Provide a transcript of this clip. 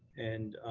and